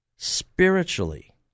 spiritually